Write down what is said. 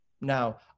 Now